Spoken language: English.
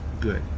good